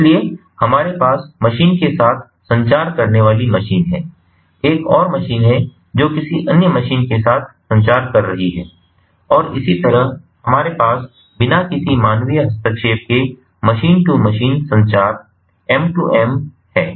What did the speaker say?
इसलिए हमारे पास मशीन के साथ संचार करने वाली मशीन है एक और मशीन है जो किसी अन्य मशीन के साथ संचार कर रही है और इसी तरह हमारे पास बिना किसी मानवीय हस्तक्षेप के मशीन टू मशीन संचार एम 2 एम है